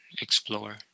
explore